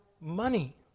money